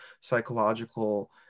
psychological